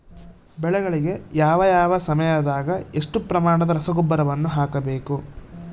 ಬೆಳೆಗಳಿಗೆ ಯಾವ ಯಾವ ಸಮಯದಾಗ ಎಷ್ಟು ಪ್ರಮಾಣದ ರಸಗೊಬ್ಬರವನ್ನು ಹಾಕಬೇಕು?